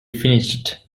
finished